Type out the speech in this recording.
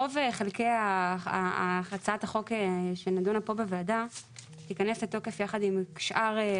רוב חלקי הצעת החוק שנדונה פה בוועדה תיכנס לתוקף יחד עם שאר,